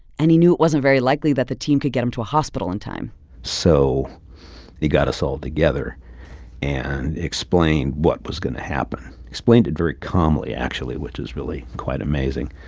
and he knew it wasn't very likely that the team could get him to a hospital in time so he got us all together and explained what was going to happen explained it very calmly, actually, which is really quite amazing